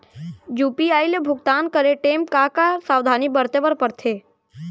UPI ले भुगतान करे टेम का का सावधानी बरते बर परथे